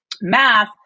math